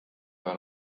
veel